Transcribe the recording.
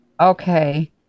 okay